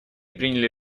приняли